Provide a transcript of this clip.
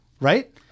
right